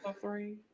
Three